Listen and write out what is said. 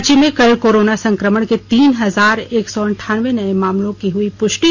राज्य में कल कोरोना संकमण के तीन हजार एक सौ अंठानबे नये मामलों की हुई पुष्टि